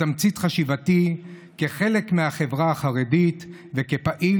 ותמצית חשיבתי כחלק מהחברה החרדית וכפעיל